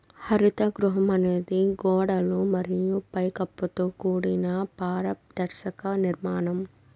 హరిత గృహం అనేది గోడలు మరియు పై కప్పుతో కూడిన పారదర్శక నిర్మాణం